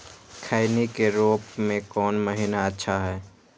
खैनी के रोप के कौन महीना अच्छा है?